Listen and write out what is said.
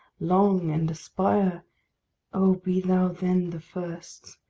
long and aspire oh, be thou then the first,